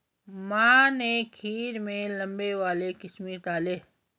माँ ने खीर में लंबे वाले किशमिश डाले